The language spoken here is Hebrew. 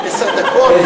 זה